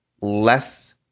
less